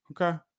Okay